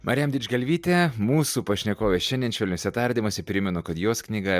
marijam didžgalvytė mūsų pašnekovė šiandien švelniuose tardymuose primenu kad jos knyga